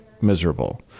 miserable